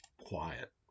quiet